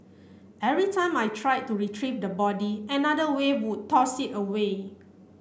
every time I tried to retrieve the body another wave would toss it away